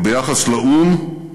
אבל ביחס לאו"ם,